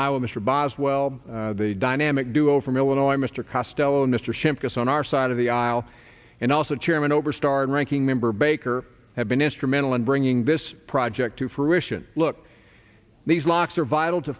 iowa mr boswell the dynamic duo from illinois mr costello mr shimkus on our side of the aisle and also chairman oberstar and ranking member baker have been instrumental in bringing this project to fruition look these locks are vital to